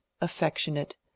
affectionate